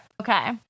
Okay